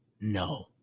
No